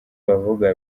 bavuga